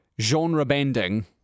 genre-bending